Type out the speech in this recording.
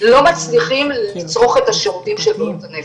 לא מצליחים לצרוך את השירותים של בריאות הנפש.